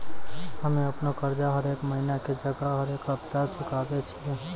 हम्मे अपनो कर्जा हरेक महिना के जगह हरेक सप्ताह चुकाबै छियै